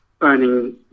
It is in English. earning